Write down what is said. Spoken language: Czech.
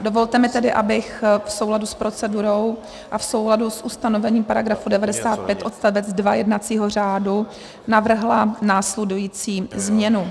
Dovolte mi tedy, abych v souladu s procedurou a v souladu s ustanovením § 95 odst. 2 jednacího řádu navrhla následující změnu: